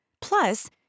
Plus